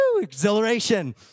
exhilaration